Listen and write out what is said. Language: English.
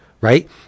right